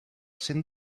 cent